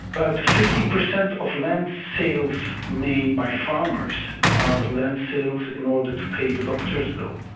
about fifty percent of land sales made by farmers are land sales in order to pay the doctors' bills.